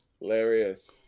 hilarious